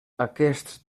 aquests